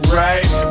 right